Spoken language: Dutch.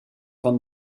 van